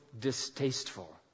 distasteful